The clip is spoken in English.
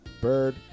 Bird